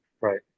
Right